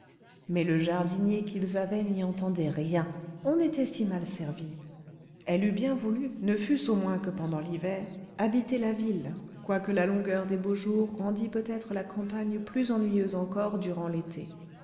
mais le jardinier qu'ils avaient n'y entendait rien on était si mal servi elle eût bien voulu ne fût-ce au moins que pendant l'hiver habiter la ville quoique la longueur des beaux jours rendît peut-être la campagne plus ennuyeuse encore durant l'été